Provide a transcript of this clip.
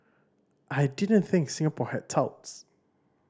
I didn't think Singapore had touts